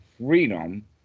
freedom